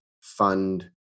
fund